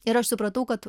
ir aš supratau kad